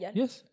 Yes